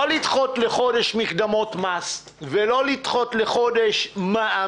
לא לדחות לחודש מקדמות מס ולא לדחות לחודש מע"מ,